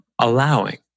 Allowing